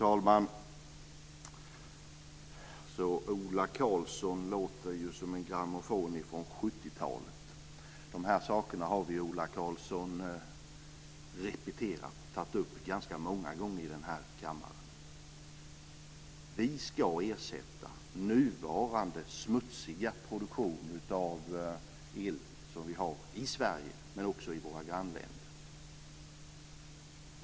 Fru talman! Ola Karlsson låter som en grammofon från 70-talet. De här sakerna har vi, Ola Karlsson, repeterat och tagit upp ganska många gånger i kammaren. Vi ska ersätta den smutsiga produktion av el som nu bedrivs i Sverige och i våra grannländer.